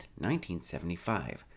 1975